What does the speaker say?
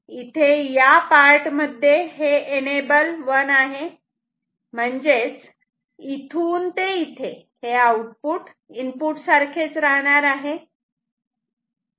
इथे या पार्ट मध्ये हे एनेबल 1 आहे म्हणजेच इथून ते इथे हे आउटपुट इनपुट सारखेच राहणार आहे